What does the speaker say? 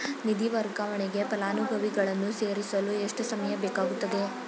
ನಿಧಿ ವರ್ಗಾವಣೆಗೆ ಫಲಾನುಭವಿಗಳನ್ನು ಸೇರಿಸಲು ಎಷ್ಟು ಸಮಯ ಬೇಕಾಗುತ್ತದೆ?